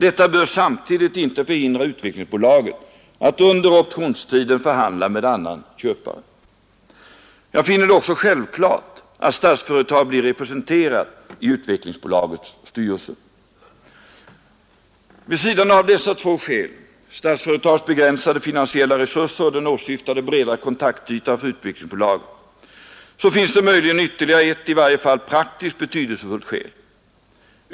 Detta bör samtidigt inte förhindra Utvecklingsbolaget att under optionstiden förhandla med annan köpare. Jag finner det också självklart att Statsföretag blir representerat i Utvecklingsbolagets styrelse. Vid sidan av dessa två skäl — Statsföretags begränsade finansiella resurser och den åsyftade breda kontaktytan för Utvecklingsbolaget — finns det möjligen ytterligare ett, i varje fall praktiskt betydelsefullt skäl.